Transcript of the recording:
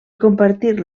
compartir